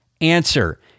answer